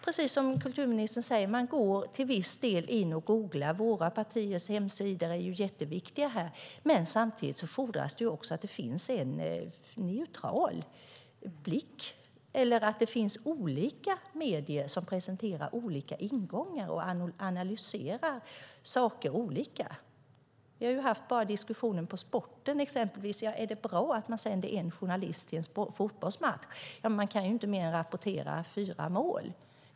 Precis som kulturministern säger går man till viss del in och googlar - våra partiers hemsidor är ju jätteviktiga i det sammanhanget - men samtidigt fordras det också att det finns en neutral blick eller att det finns olika medier som presenterar olika ingångar och analyserar saker olika. Exempelvis har det ju funnits en diskussion inom sporten om att man bara sänder en journalist till en fotbollsmatch, för man kan ju inte rapportera mer än fyra mål.